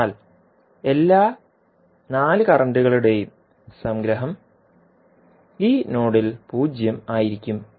അതിനാൽ എല്ലാ 4 കറന്റുകളുടെയും സംഗ്രഹം ഈ നോഡിൽ 0 ആയിരിക്കും